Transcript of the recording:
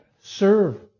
serve